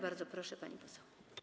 Bardzo proszę, pani poseł.